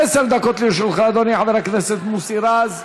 עשר דקות לרשותך, אדוני חבר הכנסת מוסי רז.